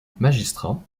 magistrat